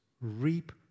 reap